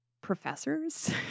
professors